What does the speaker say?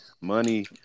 Money